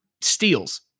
steals